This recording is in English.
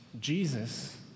Jesus